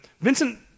Vincent